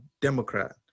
Democrat